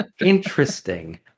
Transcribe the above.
interesting